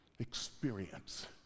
experience